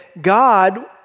God